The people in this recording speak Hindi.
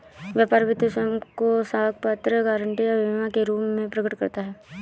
व्यापार वित्त स्वयं को साख पत्र, गारंटी या बीमा के रूप में प्रकट करता है